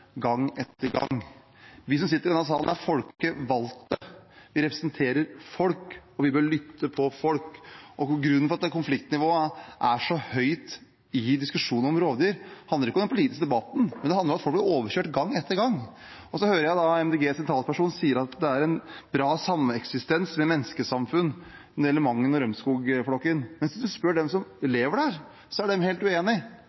gang etter gang. Vi som sitter i denne salen, er folkevalgte. Vi representerer folk, og vi bør lytte til folk. Og grunnen til at konfliktnivået er så høyt i diskusjonen om rovdyr, er ikke den politiske debatten, men at folk blir overkjørt gang etter gang. Så hører jeg Miljøpartiet De Grønnes talsperson si at det er en bra sameksistens mellom menneskesamfunn og Mangen- og Rømskog-flokken. Men hvis man spør dem som